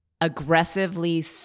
aggressively